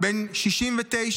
בן 69,